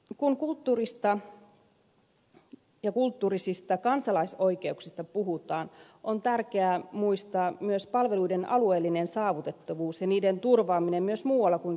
kun kulttuurista ja kulttuurisista kansalaisoikeuksista puhutaan on tärkeää muistaa myös palveluiden alueellinen saavutettavuus ja niiden turvaaminen myös muualla kuin kasvukeskuksissa ja metropolialueella